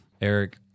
Eric